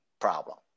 problem